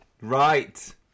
Right